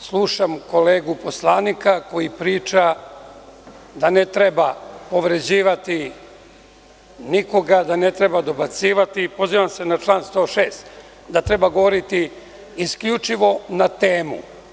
slušam kolegu poslanika koji priča da ne treba povređivati nikoga, da ne treba dobacivati, pozivam se na član 106, da treba govoriti isključivo na temu.